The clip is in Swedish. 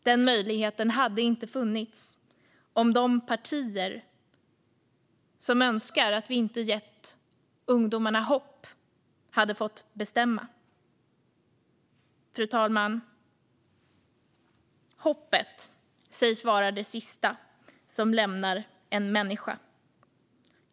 Den möjligheten hade inte funnits om de partier som önskar att vi inte gett ungdomarna hopp hade fått bestämma. Fru talman! Hoppet sägs vara det sista som lämnar en människa.